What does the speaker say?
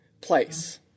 place